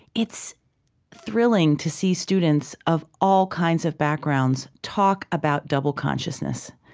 it's thrilling to see students of all kinds of backgrounds talk about double consciousness,